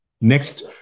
Next